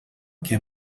que